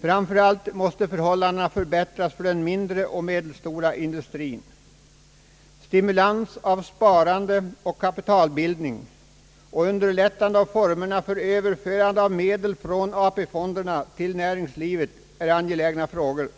Framför allt måste förhållandena förbättras för den mindre och medelstora industrien. Stimulans av sparande och kapitalbildning och underlättande av överförande av medel från AP-fonderna till näringslivet är angelägna frågor.